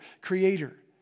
creator